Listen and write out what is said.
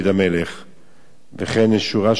וכן יש שורה של מבנים אשר על-פי המדרש